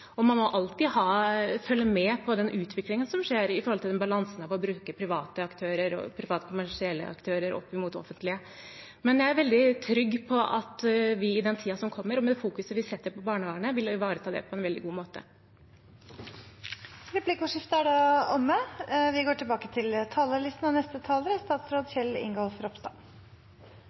og man må alltid følge med på utviklingen som skjer når det gjelder balansen ved bruk av private aktører og private kommersielle aktører opp mot det offentlige. Men jeg er veldig trygg på at vi i tiden som kommer, med det fokuset vi setter på barnevernet, vil ivareta det på en god måte. Replikkordskiftet er omme. Det å sikre sterke, gode familier er noe av det mest meningsfulle en kan gjøre i politikken. Vi vet at familien er